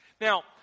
Now